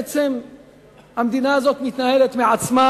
בעצם המדינה הזאת מתנהלת מעצמה,